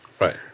Right